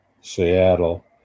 Seattle